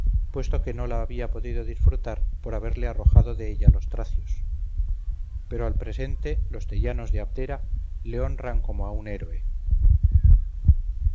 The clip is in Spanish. puesto que no la había podido disfrutar por haberle arrojado de ella los tracios pero al presente los teianos de abdera le honran como a un héroe